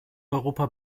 europa